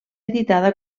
editada